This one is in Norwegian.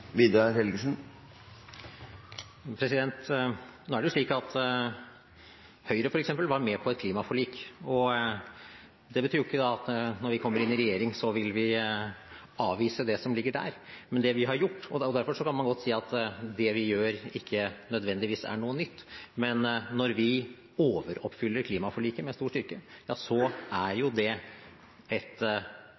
Nå er det slik at Høyre, f.eks., var med på et klimaforlik, og det betyr ikke at når vi kommer i regjering, vil vi avvise det som ligger der. Derfor kan man godt si at det vi gjør, ikke nødvendigvis er noe nytt. Men når vi overoppfyller klimaforliket med stor styrke, er det et ytterligere initiativ fra denne regjeringen, og det er